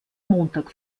montag